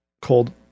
called